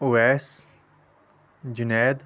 Owais Junaid